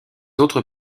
autres